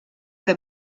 que